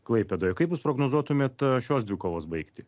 klaipėdoje kaip jūs prognozuotumėt šios dvikovos baigtį